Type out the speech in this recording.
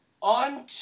On